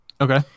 Okay